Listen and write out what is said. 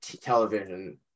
television